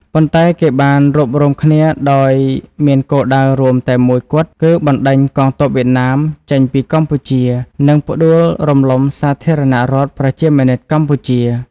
ប៉ុន្តែ គេបានរួបរួមគ្នាដោយមានគោលដៅរួមតែមួយគត់ គឺបណ្ដេញកងទ័ពវៀតណាមចេញពីកម្ពុជា និងផ្ដួលរំលំសាធារណរដ្ឋប្រជាមានិតកម្ពុជា។